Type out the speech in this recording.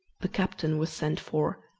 the captain was sent for,